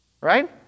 Right